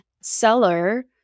seller